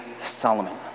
Solomon